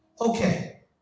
okay